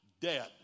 dead